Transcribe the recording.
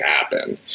happen